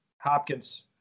Hopkins